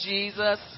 Jesus